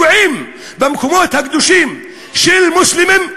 שפוגעים במקומות הקדושים של מוסלמים,